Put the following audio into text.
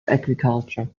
agriculture